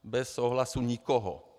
Bez souhlasu nikoho.